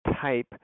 type